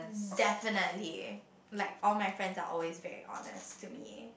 definitely like all my friends are always very honest to me